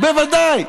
תודה.